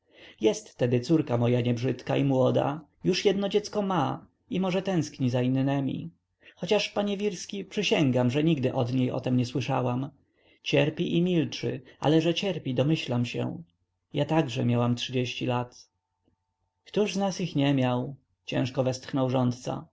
jest tedy córka moja niebrzydka i młoda już jedno dziecko ma i może tęskni za innemi chociaż panie wirski przysięgam że nigdy od niej o tem nie słyszałam cierpi i milczy ale że cierpi domyślam się ja także miałam trzydzieści lat kto z nas ich nie miał ciężko westchnął